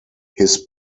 his